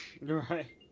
Right